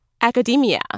academia